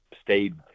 stayed